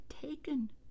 taken